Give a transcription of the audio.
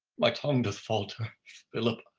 my tongue doth falter philip,